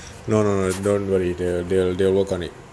no no no don't worry they'll they'll they'll work on it